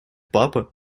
папа